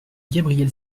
gabriel